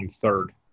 third